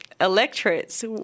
electorates